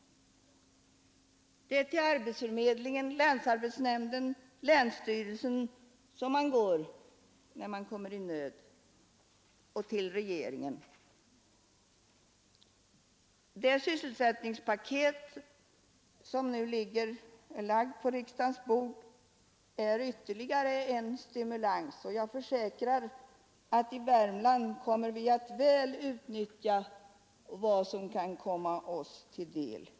Det är till arbetsförmedlingen, länsarbetsnämnden och länsstyrelsen som man går när man kommer i nöd — och till regeringen. Det sysselsättningspaket som nu är lagt på riksdagens bord är ytterligare en stimulans, och jag försäkrar att i Värmland kommer vi att väl utnyttja vad som kan komma oss till del.